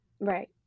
Right